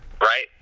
Right